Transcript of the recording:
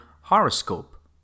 horoscope